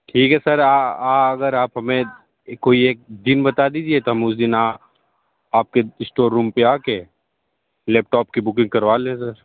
ठीक है सर अगर आप हमें कोई एक दिन बता दीजिए तो मैं उस दिन आप के स्टोर रूम पर आके लैपटॉप की बुकिंग करवा ले सर